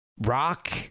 rock